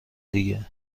دیگه